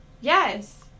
Yes